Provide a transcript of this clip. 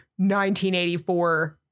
1984